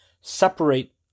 separate